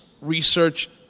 research